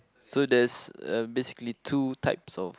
so there's uh basically two types of